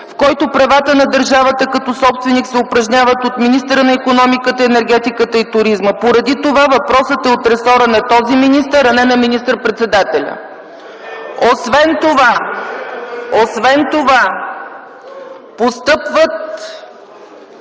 в който правата на държавата като собственик се упражняват от министъра на икономиката, енергетиката и туризма. Поради това въпросът е от ресора на този министър, а не на министър-председателя. (Шум и реплики в КБ.)